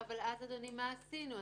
אז, אדוני, מה עשינו?